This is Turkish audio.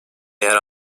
yer